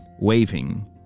waving